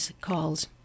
calls